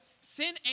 Sin